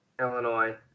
Illinois